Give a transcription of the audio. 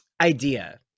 idea